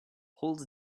holds